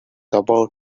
about